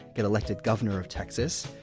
get elected governor of texas,